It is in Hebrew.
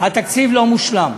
התקציב לא מושלם.